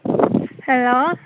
hello